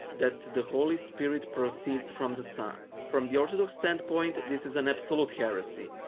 that the holy spirit proceeds from the son. from the orthodox standpoint, this is an absolute heresy.